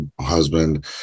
husband